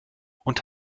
und